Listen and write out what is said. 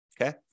okay